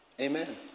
Amen